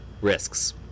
Risks